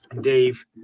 Dave